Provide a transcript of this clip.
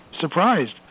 surprised